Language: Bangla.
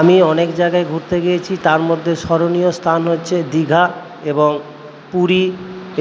আমি অনেক জায়গায় ঘুরতে গিয়েছি তার মধ্যে স্মরণীয় স্থান হচ্ছে দীঘা এবং পুরী